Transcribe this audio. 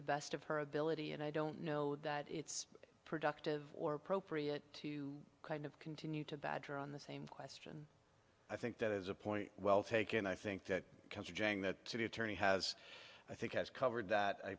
the best of her ability and i don't know that it's productive or appropriate to kind of continue to badger on the same question i think that is a point well taken i think that comes jang that the attorney has i think has covered that i